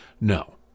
No